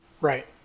Right